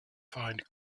find